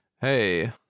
Hey